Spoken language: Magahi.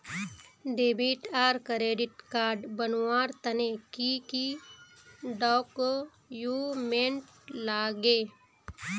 डेबिट आर क्रेडिट कार्ड बनवार तने की की डॉक्यूमेंट लागे?